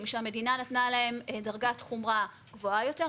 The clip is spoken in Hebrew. שהמדינה נתנה להם דרגת חומרה גבוהה יותר.